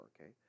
Okay